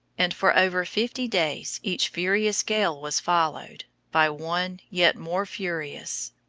and for over fifty days each furious gale was followed, by one yet more furious.